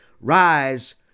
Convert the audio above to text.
rise